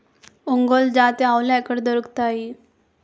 ఒంగోలు జాతి ఆవులు ఎక్కడ దొరుకుతాయి?